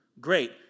Great